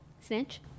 Snitch